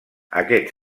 aquest